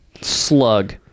Slug